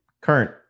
current